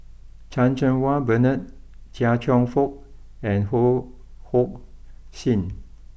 Chan Cheng Wah Bernard Chia Cheong Fook and Ho Hong sing